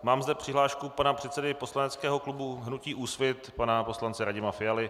Mám zde přihlášku pana předsedy poslaneckého klubu hnutí Úsvit, pana poslance Radima Fialy.